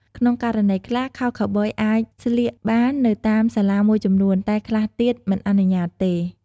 ក្នុងករណីខ្លះ ខោខូវប៊យអាចស្លៀកបាននៅតាមសាលាមួយចំនួន តែខ្លះទៀតមិនអនុញ្ញាតិទេ។